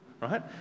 right